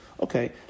Okay